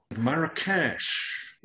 Marrakesh